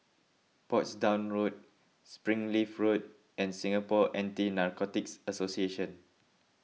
Portsdown Road Springleaf Road and Singapore Anti Narcotics Association